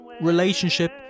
Relationship